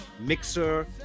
mixer